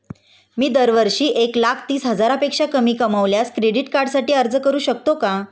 मी दरवर्षी एक लाख तीस हजारापेक्षा कमी कमावल्यास क्रेडिट कार्डसाठी अर्ज करू शकतो का?